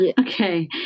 Okay